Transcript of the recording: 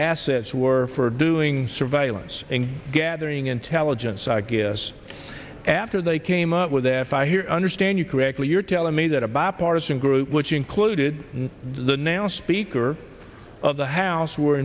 assets were for doing surveillance and gathering intelligence i guess after they came up with if i here understand you correctly you're telling me that a bipartisan group which included the now speaker of the house were